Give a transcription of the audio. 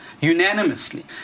unanimously